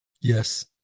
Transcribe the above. Yes